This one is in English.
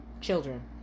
children